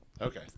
Okay